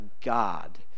god